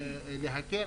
להקל,